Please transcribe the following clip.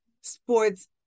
sports